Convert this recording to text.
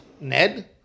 Ned